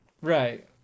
Right